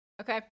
Okay